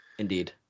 Indeed